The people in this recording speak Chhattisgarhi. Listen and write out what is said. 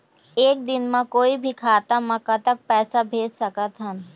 एक दिन म कोई भी खाता मा कतक पैसा भेज सकत हन?